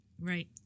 Right